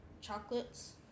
chocolates